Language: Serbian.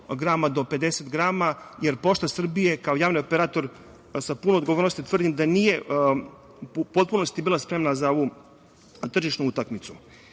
grama do 50 grama, jer „Pošta Srbije“ kao javni operator sa puno odgovornosti, tvrdim da nije u potpunosti bila spremna za ovu tržišnu utakmicu. Deo